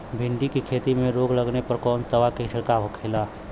भिंडी की खेती में रोग लगने पर कौन दवा के छिड़काव खेला?